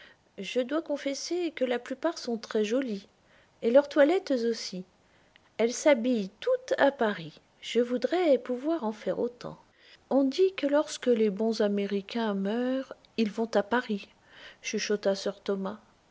je dois confesser que la plupart sont très jolies et leurs toilettes aussi elles s'habillent toutes à paris je voudrais pouvoir en faire autant on dit que lorsque les bons américains meurent ils vont à paris chuchota